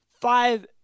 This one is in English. five